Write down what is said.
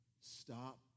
Stop